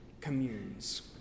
Communes